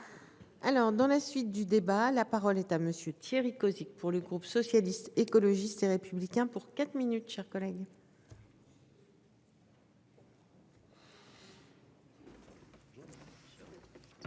Alors dans la suite du. Débat la parole est à monsieur Thierry Cozic pour le groupe socialiste, écologiste et républicain pour quatre minutes, chers collègues.